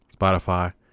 Spotify